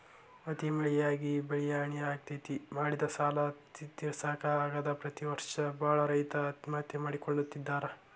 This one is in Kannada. ಅತಿ ಮಳಿಯಾಗಿ ಬೆಳಿಹಾನಿ ಆಗ್ತೇತಿ, ಮಾಡಿದ ಸಾಲಾ ತಿರ್ಸಾಕ ಆಗದ ಪ್ರತಿ ವರ್ಷ ಬಾಳ ರೈತರು ಆತ್ಮಹತ್ಯೆ ಮಾಡ್ಕೋತಿದಾರ